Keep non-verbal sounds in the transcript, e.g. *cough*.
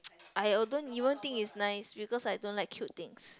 *noise* I d~ you won't think it's nice because I don't like cute things